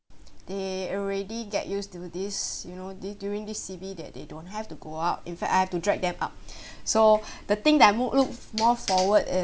they already get used to this you know this during this C_B that they don't have to go out in fact I have to drag them out so the thing that I more look more forward uh